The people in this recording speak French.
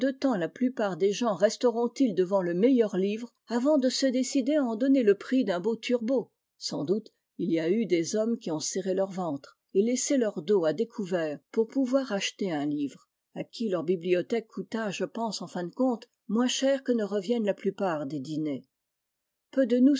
la plupart des gens resteront ils devant le meilleur livre avant de se décider à en donner le prix d'un beau turbot sans doute il y a eu des hommes qui ont serré leur ventre et laissé leur dos à découvert pour pouvoir acheter un livre à qui leur bibliothèque coûta je pense en en de compte moins cher que ne reviennent la plupart des dîners peu de nous